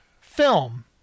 film